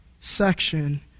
section